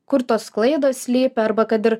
kur tos klaidos slypi arba kad ir